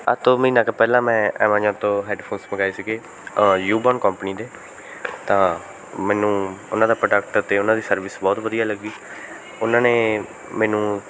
ਅੱਜ ਤੋਂ ਮਹੀਨਾ ਕੁ ਪਹਿਲਾਂ ਮੈਂ ਐਮਾਜੋਨ ਤੋਂ ਹੈਡਫੋਸ ਮੰਗਵਾਏ ਸੀਗੇ ਯੂਬੋਨ ਕੰਪਨੀ ਦੇ ਤਾਂ ਮੈਨੂੰ ਉਹਨਾਂ ਦਾ ਪ੍ਰੋਡਕਟ ਅਤੇ ਉਹਨਾਂ ਦੀ ਸਰਵਿਸ ਬਹੁਤ ਵਧੀਆ ਲੱਗੀ ਉਹਨਾਂ ਨੇ ਮੈਨੂੰ